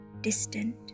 distant